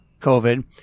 COVID